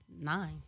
nine